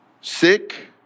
sick